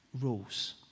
rules